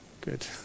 good